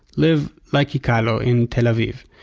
live like yikealo in tel aviv.